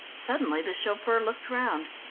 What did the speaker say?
suddenly the chauffeur looked round.